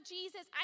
Jesus